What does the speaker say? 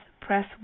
press